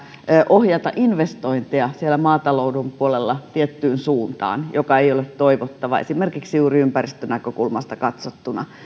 ohjata investointeja siellä maatalouden puolella tiettyyn suuntaan joka ei ole toivottava esimerkiksi juuri ympäristönäkökulmasta katsottuna